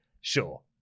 sure